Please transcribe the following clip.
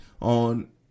on